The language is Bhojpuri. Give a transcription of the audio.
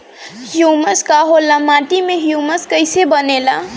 ह्यूमस का होला माटी मे ह्यूमस कइसे बनेला?